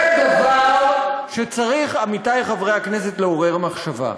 זה דבר שצריך, עמיתי חברי הכנסת, לעורר מחשבה.